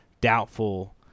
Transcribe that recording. doubtful